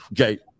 Okay